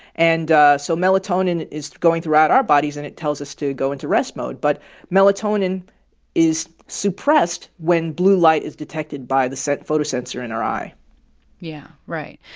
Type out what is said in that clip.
and so melatonin is going throughout our bodies, and it tells us to go into rest mode. but melatonin is suppressed when blue light is detected by the photo sensor in our eye yeah. right.